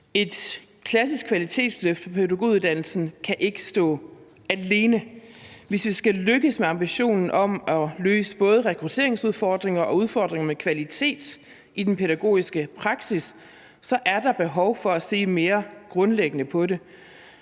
Et klassisk kvalitetsløft af pædagoguddannelsen kan ikke stå alene. Hvis vi skal lykkes med ambitionen om at løse både rekrutteringsudfordringer og udfordringer med kvalitet i den pædagogiske praksis, er der behov for at se mere grundlæggende på det.